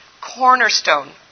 cornerstone